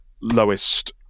lowest